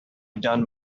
done